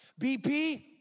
BP